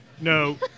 No